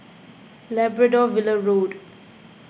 Labrador Villa Road